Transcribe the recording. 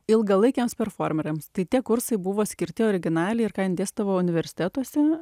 ilgalaikiams performeriams tai tie kursai buvo skirti originaliai ir ką jin dėstydavo universitetuose